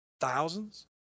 thousands